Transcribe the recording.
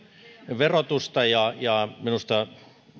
verotusta ja ja minusta